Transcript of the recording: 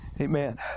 amen